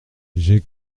j’ai